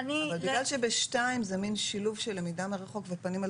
אבל בגלל שב-(2) זה מין שילוב של למידה מרחוק ופנים אל